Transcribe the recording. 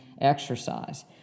exercise